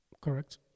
Correct